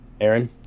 aaron